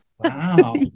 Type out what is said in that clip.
Wow